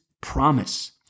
Promise